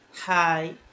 Hi